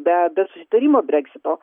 be be susitarimo breksito